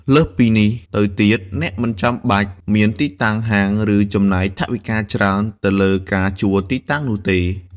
លើសពីនេះទៅទៀត អ្នកមិនចាំបាច់មានទីតាំងហាង ឬចំណាយថវិកាច្រើនទៅលើការជួលទីតាំងនោះទេ។